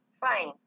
Fine